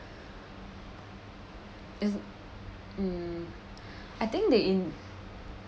isn't um I think they in